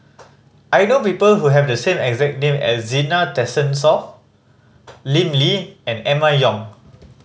I know people who have the same exact name as Zena Tessensohn Lim Lee and Emma Yong